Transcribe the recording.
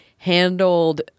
handled